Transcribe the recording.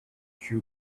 shoe